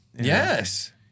Yes